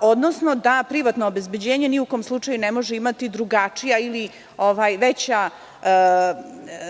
odnosno da privatno obezbeđenje ni u kom slučaju ne može imati drugačija ili veća ovlašćenja